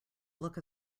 look